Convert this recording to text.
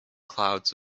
clouds